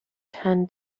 ten